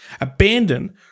Abandon